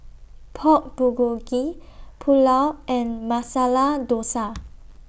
Pork Bulgogi Pulao and Masala Dosa